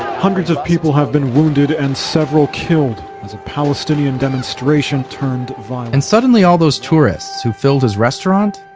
hundreds of people have been wounded and several killed as a palestinian demonstration turned violent and suddenly all those tourists who filled his restaurant,